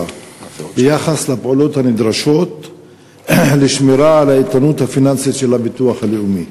ביחס לפעולות הנדרשות לשמירה על האיתנות הפיננסית של הביטוח הלאומי